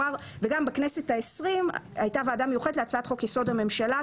וגם בכנסת ה-20 הייתה ועדה מיוחדת להצעת חוק-יסוד: הממשלה.